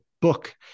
book